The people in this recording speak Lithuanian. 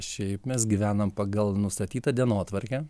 šiaip mes gyvenam pagal nustatytą dienotvarkę